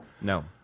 No